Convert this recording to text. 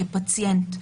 כפציינט,